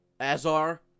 Azar